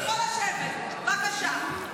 עצם בגרון.